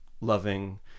loving